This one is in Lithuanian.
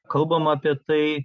kalbama apie tai